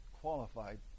qualified